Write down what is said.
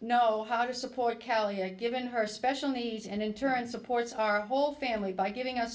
know how to support kelly here given her special needs and in turn supports our whole family by giving us